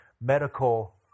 medical